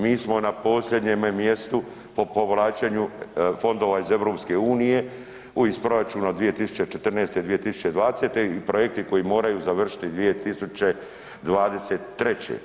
Mi smo na posljednjeme mjestu po povlačenju fondova iz EU, u iz proračuna od 2014.-2020. i projekti koji moraju završiti 2023.